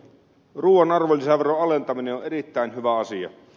ruuan arvonlisäveron alentaminen on erittäin hyvä asia